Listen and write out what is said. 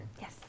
yes